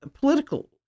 political